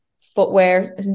footwear